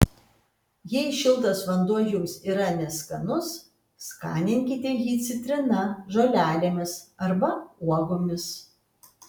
jei šiltas vanduo jums yra neskanus skaninkite jį citrina žolelėmis arba uogomis